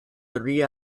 three